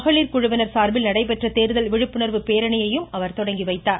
மகளிர் குழுவினர் சார்பில் நடைபெற்ற தேர்தல் விழிப்புணர்வு பேரணியையும் அவர் துவக்கி வைத்தார்